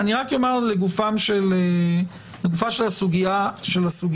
אני רק אומר לגופה של הסוגיה השנייה,